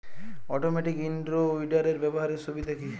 Automatic in row উইডারের ব্যবহারের সুবিধা কি?